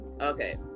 Okay